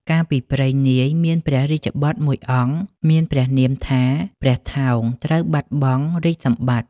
កាលពីព្រេងនាយ មានព្រះរាជបុត្រមួយអង្គមានព្រះនាមថា ព្រះថោង ត្រូវបាត់បង់រាជសម្បត្តិ។